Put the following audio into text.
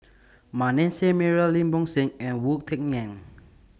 Manasseh Meyer Lim Bo Seng and Wu Tsai Yen